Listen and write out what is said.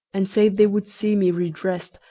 and said they would see me redressed,